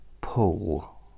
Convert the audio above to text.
Pull